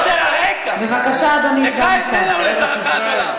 אל הארץ אשר אראך, בבקשה, אדוני סגן השר.